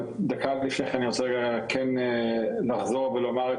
אבל דקה לפני כן אני רוצה כן לחזור ולומר את